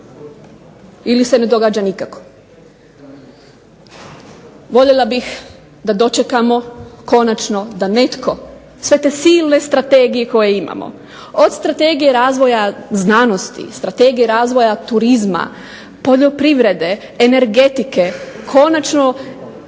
ili se ne događa nikako. Voljela bih da dočekamo konačno da netko sve te silne strategije koje imamo, od strategije razvoja znanosti, od strategije razvoja turizma, poljoprivrede, energetike konačno